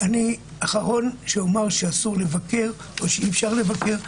אני האחרון שאומר שאסור לבקר או שאי-אפשר לבקר.